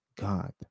God